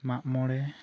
ᱢᱟᱜ ᱢᱚᱲᱮ